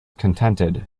contented